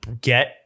get